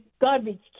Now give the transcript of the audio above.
garbage